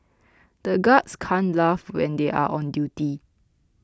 the guards can't laugh when they are on duty